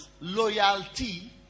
loyalty